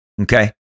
Okay